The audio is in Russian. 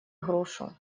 грушу